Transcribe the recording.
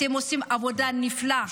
אתם עושים עבודה נפלאה.